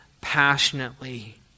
passionately